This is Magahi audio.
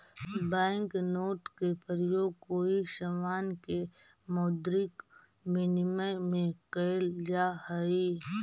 बैंक नोट के प्रयोग कोई समान के मौद्रिक विनिमय में कैल जा हई